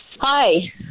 Hi